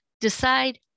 Decide